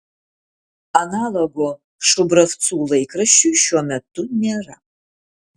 analogo šubravcų laikraščiui šiuo metu nėra